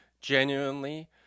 genuinely